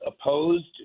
opposed